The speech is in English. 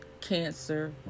Cancer